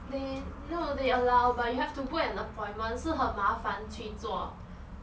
they no they allow but you have to book an appointment 是很麻烦去做